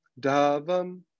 Davam